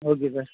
okay sir